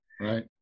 Right